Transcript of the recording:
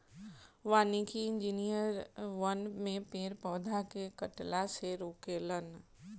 वानिकी इंजिनियर वन में पेड़ पौधा के कटला से रोके लन